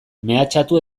mehatxatu